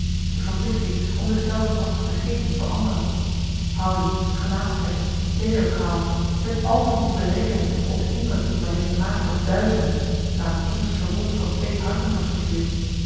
de verplichting om zich zelven als te vergeten voor anderen houding gelaatstrekken kleederpraal het al te moeten berekenen op den indruk dien men a l g bosboom-toussaint de delftsche wonderdokter eel heeft te maken op duizenden waar het innigst verbond van twee harten wordt gevierd